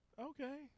Okay